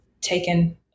taken